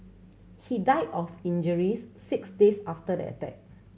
he died of injuries six days after the attack